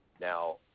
Now